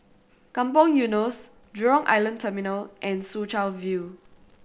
Kampong Eunos Jurong Island Terminal and Soo Chow View